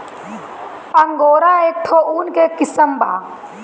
angora एक ठो ऊन के किसिम बा